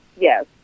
yes